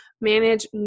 manage